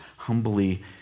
humbly